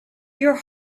your